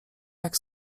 jak